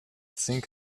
sink